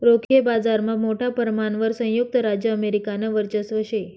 रोखे बाजारमा मोठा परमाणवर संयुक्त राज्य अमेरिकानं वर्चस्व शे